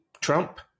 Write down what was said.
Trump